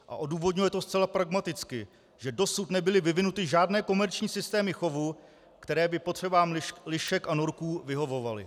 A odůvodňuje to zcela pragmaticky, že dosud nebyly vyvinuty žádné komerční systémy chovu, které by potřebám lišek a norků vyhovovaly.